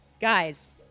guys